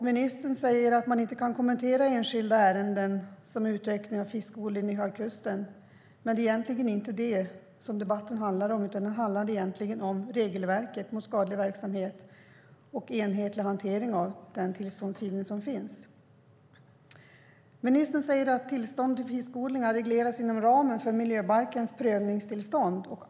Ministern säger att hon inte kan kommentera enskilda ärenden såsom utvecklingen av fiskodling vid Höga kusten. Men debatten handlar egentligen inte om det, utan den handlar egentligen om regelverket för skadlig verksamhet och enhetlig hantering av den tillståndsgivning som sker. Ministern säger vidare att tillstånd för fiskodling regleras inom ramen för tillståndsprövningen enligt miljöbalken.